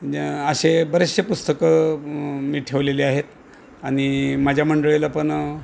असे बरेचसे पुस्तकं मी ठेवलेली आहेत आणि माझ्या मंडळीला पण